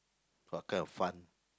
what kind of fun